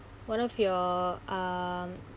one of your um